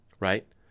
Right